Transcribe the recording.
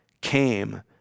came